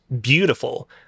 beautiful